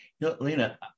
Lena